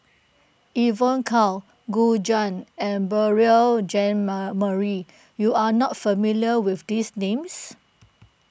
Evon Kow Gu Juan and Beurel Jean Marie you are not familiar with these names